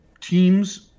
teams